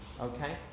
okay